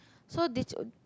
so this